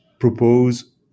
propose